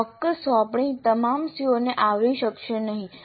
ચોક્કસ સોંપણી તમામ CO ને આવરી શકશે નહીં